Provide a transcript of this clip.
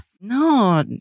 No